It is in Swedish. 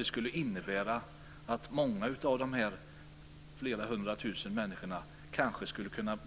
Det skulle innebära att många av dessa människor i stället skulle